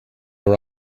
were